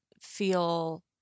feel